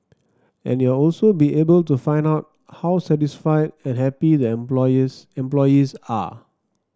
and you'd also be able to find out how satisfied and happy the employees employees are